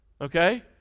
Okay